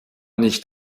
nicht